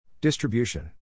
Distribution